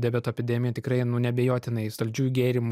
diabeto epidemija tikrai nu neabejotinai saldžiųjų gėrimų